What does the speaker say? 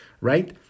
right